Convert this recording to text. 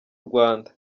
rwanda